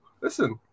listen